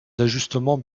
d’ajustement